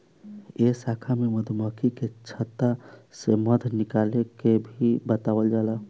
ए शाखा में मधुमक्खी के छता से मध निकाले के भी बतावल जाला